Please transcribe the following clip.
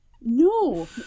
No